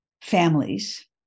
families